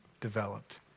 developed